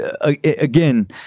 again